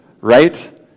right